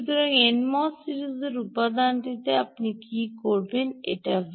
সুতরাং এনএমওএস সিরিজের উপাদানটিতে আপনি কী করবেন এই V